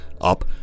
up